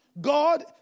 God